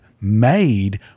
made